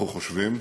אנחנו חושבים,